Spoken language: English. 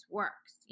works